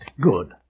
Good